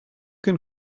can